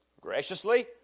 Graciously